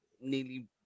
nearly